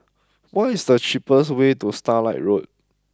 what is the cheapest way to Starlight Road